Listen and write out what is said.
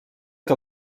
que